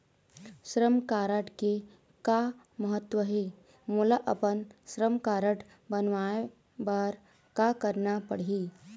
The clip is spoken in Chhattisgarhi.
श्रम कारड के का महत्व हे, मोला अपन श्रम कारड बनवाए बार का करना पढ़ही?